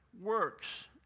works